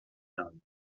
nau